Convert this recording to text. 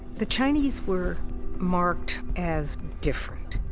the chinese were marked as different.